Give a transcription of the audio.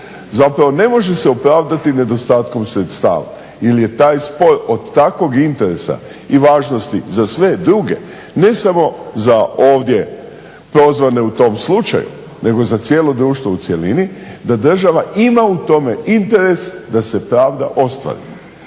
zapravo ne može se opravdati nedostatkom sredstava. Ili je taj spor od takvog interesa i važnosti za sve druge ne samo za ovdje prozvane u tom slučaju nego za cijelo društvo u cjelini da država ima u tome interes da se pravda ostvari.